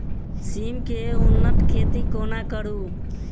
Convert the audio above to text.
सिम केँ उन्नत खेती कोना करू?